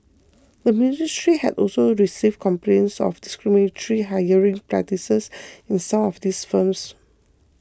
the ministry had also received complaints of discriminatory hiring practices in some of these firms